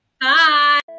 bye